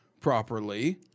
properly